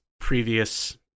previous